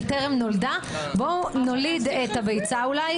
אז בואו נוליד את הביצה אולי,